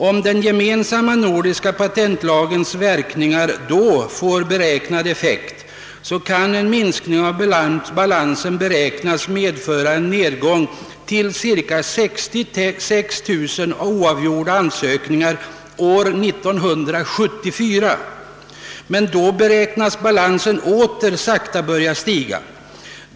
Om den gemensamma nordiska patentlagens verkningar då får beräknad effekt, kan en minskning av balansen förmodas medföra en nedgång till cirka 66 000 oavgjorda ansökningar år 1974. Därefter beräknas balansen dock åter sakta börja stiga.